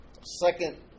second